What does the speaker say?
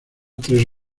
tres